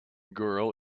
girl